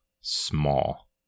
small